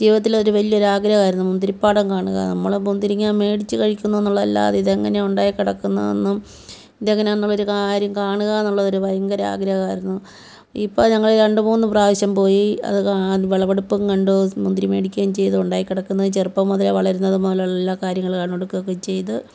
ജീവിതത്തില് ഒരു വലിയ ആഗ്രഹം ആയിരുന്നു മുന്തിരിപ്പാടം കാണുകയെന്ന് നമ്മൾ മുന്തിരിങ്ങ മേടിച്ച് കഴിക്കുന്നതെന്നുള്ളതല്ലാതെ ഇത് എങ്ങനെയാ ഉണ്ടായി കിടക്കുന്നതെന്നും ഇതെങ്ങനെയാ കാര്യം കാണുകയെന്നൊള്ളതൊരു ഭയങ്കര ആഗ്രഹം ആയിരുന്നു ഇപ്പം ഞങ്ങൾ രണ്ട് മൂന്ന് പ്രാവശ്യം പോയി അത് വിളവെടുപ്പും കണ്ടു മുന്തിരി മേടിക്കുകയും ചെയ്തു ഉണ്ടായി കിടക്കുന്നത് ചെറുപ്പം മുതലേ വളരുന്നത് മുതലുള്ള എല്ലാ കാര്യങ്ങളും കാണുകയും എടുക്കുകയുമൊക്കെ ചെയ്ത്